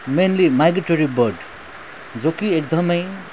mainly migratory bird जो कि एकदम